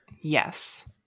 Yes